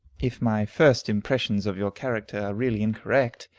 if my first impressions of your character are really incorrect.